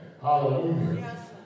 Hallelujah